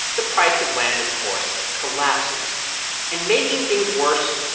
the price of land, of course, collapses and making things worse,